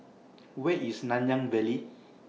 Where IS Nanyang Valley